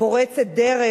פורצת דרך.